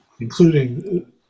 including